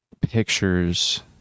pictures